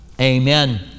amen